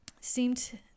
seemed